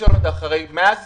הרי מאז